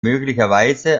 möglicherweise